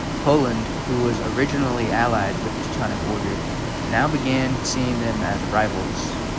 poland who was originally allied with each tonic order now began seeing them as rivals